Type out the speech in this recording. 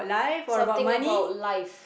something about life